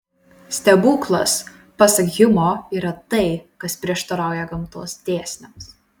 stebuklas pasak hjumo yra tai kas prieštarauja gamtos dėsniams